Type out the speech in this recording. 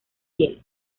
hielo